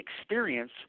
experience